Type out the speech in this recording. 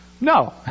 No